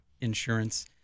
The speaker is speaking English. insurance